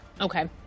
Okay